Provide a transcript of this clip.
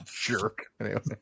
Jerk